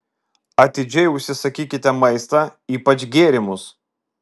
atidžiai užsisakykite maistą ypač gėrimus